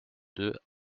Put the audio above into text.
deux